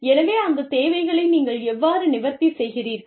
எனவே அந்த தேவைகளை நீங்கள் எவ்வாறு நிவர்த்தி செய்கிறீர்கள்